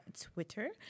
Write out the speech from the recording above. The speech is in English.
twitter